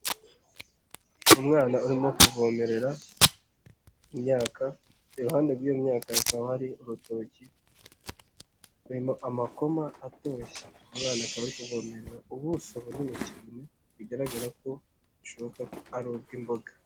Umwana urimo kuvomerera imyaka iruhande rw'iyo myaka rukaba ari urutoki amakoma atoshye, umwana akaba ari kuvomerera ubuso bunini cyane bigaragara ko bishoboka ko ari ubw'imboga.